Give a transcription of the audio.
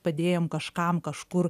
padėjom kažkam kažkur